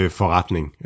forretning